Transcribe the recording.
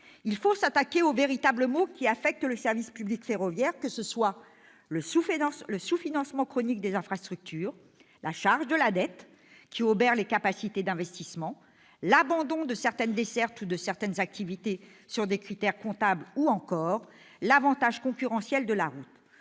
il faut s'atteler aux véritables maux qui affectent le service public ferroviaire : le sous-financement chronique des infrastructures, la charge de la dette, qui obère les capacités d'investissement, l'abandon de certaines dessertes ou de certaines activités sur des critères comptables, ou encore l'avantage concurrentiel de la route.